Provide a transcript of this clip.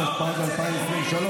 התשפ"ג 2023,